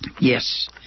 Yes